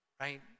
right